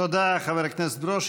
תודה, חבר הכנסת ברושי.